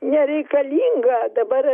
nereikalinga dabar